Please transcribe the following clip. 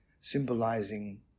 symbolizing